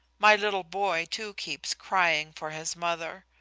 my little boy too keeps crying for his mother.